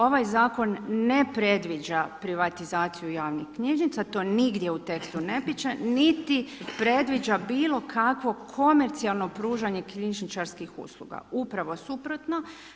Ovaj zakon ne predviđa privatizaciju javnih knjižnica, to nigdje u tekstu ne piše niti predviđa bilokakvo komercijalno pružanje knjižničarskih usluga, upravo suprotno.